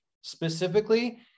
specifically